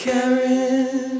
Karen